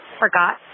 forgot